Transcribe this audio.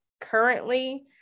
currently